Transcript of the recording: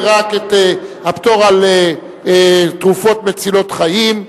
רק את הפטור על תרופות מצילות חיים,